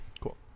cool